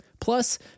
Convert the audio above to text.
Plus